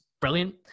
Brilliant